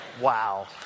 Wow